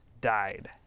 died